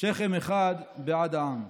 שכם אחד בעד העם.